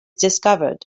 discovered